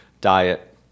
diet